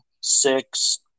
six